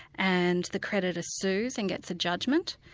and the creditor sues and gets a judgment,